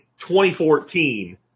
2014